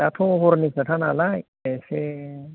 दाथ' हरनि खोथा नालाय एसे